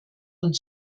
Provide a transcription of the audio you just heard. und